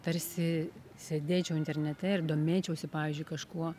tarsi sėdėčiau internete ir domėčiausi pavyzdžiui kažkuo